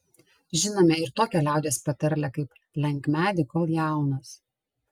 žinome ir tokią liaudies patarlę kaip lenk medį kol jaunas